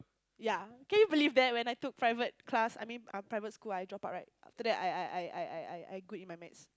ya can you believe that when I took private class I mean uh private school I dropped out right after that I I I I I I I good in my maths